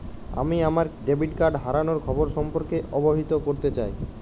আমি আমার debit card হারানোর খবর সম্পর্কে অবহিত করতে চাই